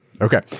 Okay